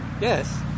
Yes